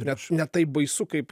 ne taip baisu kaip